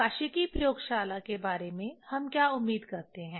प्रकाशिकी प्रयोगशाला के बारे में हम क्या उम्मीद करते हैं